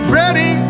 ready